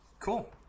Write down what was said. Cool